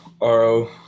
RO